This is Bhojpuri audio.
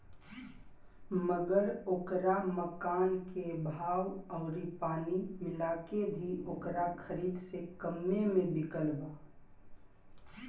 मगर ओकरा मकान के भाव अउरी पानी मिला के भी ओकरा खरीद से कम्मे मे बिकल बा